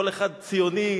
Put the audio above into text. כל אחד שהוא ציוני,